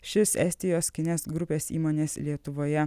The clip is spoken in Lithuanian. šis estijos kinės grupės įmonės lietuvoje